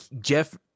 Jeff